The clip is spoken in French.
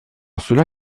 cela